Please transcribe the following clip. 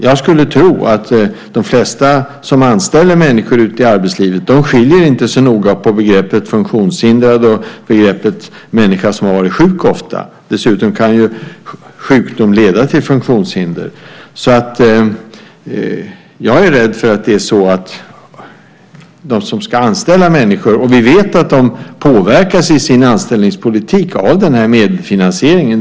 Jag skulle tro att de flesta som anställer människor ute i arbetslivet inte så noga skiljer på begreppen "funktionshindrad" och "människa som ofta varit sjuk". Dessutom kan sjukdom leda till funktionshinder. Jag är rädd för att de som ska anställa människor inte skiljer på begreppen. Vi vet också att de i sin anställningspolitik påverkas av medfinansieringen.